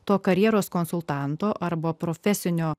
to karjeros konsultanto arba profesinio